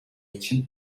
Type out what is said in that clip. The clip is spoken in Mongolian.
чинь